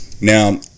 Now